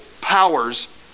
powers